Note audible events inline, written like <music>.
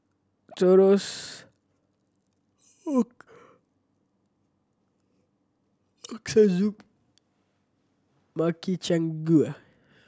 Chorizo <unintelligible> Ochazuke Makchang Gui